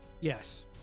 Yes